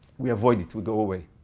we avoid it. we go away.